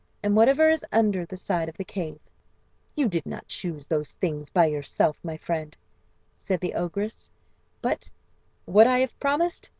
and whatever is under the side of the cave you did not choose those things by yourself, my friend said the ogress but what i have promised,